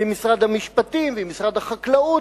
ועם משרד המשפטים ועם משרד החקלאות,